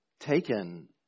Taken